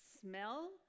smell